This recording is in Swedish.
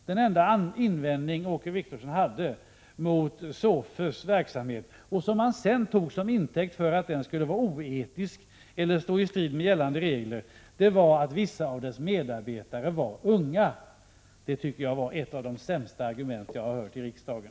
Den enda invändning Åke Wictorsson hade mot SOFE:s verksamhet — han tog det som intäkt för att verksamheten skulle vara oetisk eller stå i strid med gällande regler —- var att vissa av dess medarbetare var unga. Det var ett av de sämsta argument jag har hört i riksdagen.